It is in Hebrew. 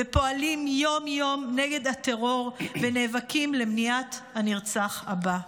פועלים יום-יום נגד הטרור ונאבקים למניעת הנרצח הבא.